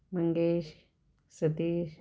Mangesh Satish